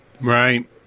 Right